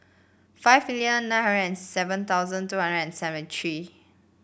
five million nine hundred seven thousand two hundred and seventy tree